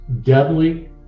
deadly